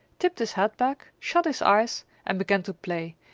tipped his head back, shut his eyes and began to play,